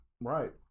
Right